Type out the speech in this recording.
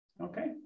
Okay